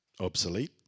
obsolete